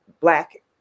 Black